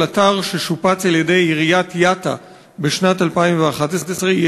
על אתר ששופץ על-ידי עיריית יטא בשנת 2011. היא